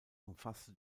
umfasste